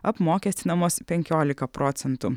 apmokestinamos penkiolika procentų